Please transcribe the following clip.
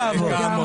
לגמרי.